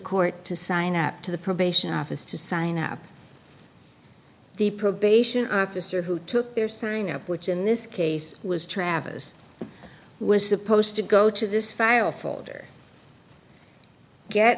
court to sign up to the probation office to sign up the probation officer who took their signing up which in this case was travis was supposed to go to this file folder get